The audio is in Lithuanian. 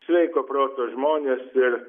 sveiko proto žmonės ir